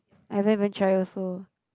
I haven't even try also